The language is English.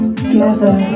together